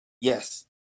Yes